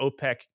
OPEC